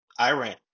Iran